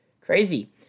crazy